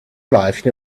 life